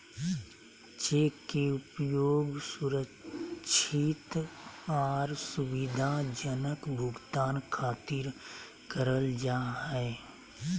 cheque के उपयोग सुरक्षित आर सुविधाजनक भुगतान खातिर करल जा हय